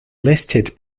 listed